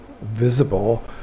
visible